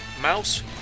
Mouse